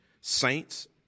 Saints